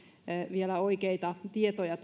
vielä oikeita tietoja